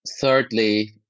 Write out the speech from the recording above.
thirdly